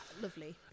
lovely